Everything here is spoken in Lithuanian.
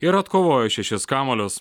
ir atkovojo šešis kamuolius